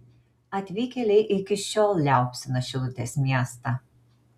atvykėliai iki šiol liaupsina šilutės miestą